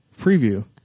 Preview